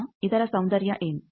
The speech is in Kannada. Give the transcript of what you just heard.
ಈಗ ಇದರ ಸೌಂದರ್ಯ ಏನು